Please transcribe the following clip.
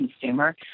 consumer